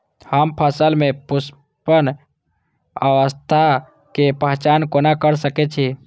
हम फसल में पुष्पन अवस्था के पहचान कोना कर सके छी?